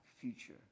future